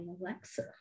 Alexa